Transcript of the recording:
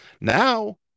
Now